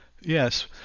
Yes